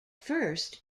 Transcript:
first